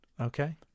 okay